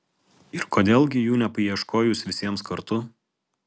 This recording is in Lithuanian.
ir kodėl gi jų nepaieškojus visiems kartu